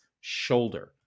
shoulder